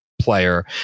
player